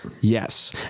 yes